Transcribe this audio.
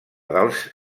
dels